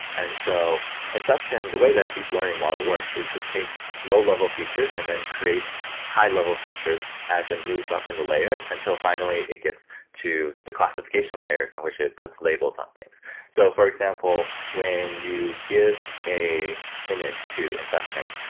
and so inception, the way that deep learning model works is it takes low-level features and then creates high-level features as it moves up in the layers, until finally it gets to the classification layers in and which it puts labels on things so for example, when you give a image to inception,